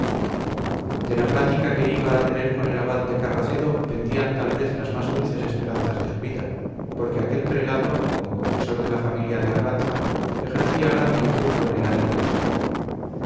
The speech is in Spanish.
de la plática que iba a tener con el abad de carracedo pendían tal vez las más dulces esperanzas de su vida porque aquel prelado como confesor de la familia de arganza ejercía grande influjo en el ánimo de su jefe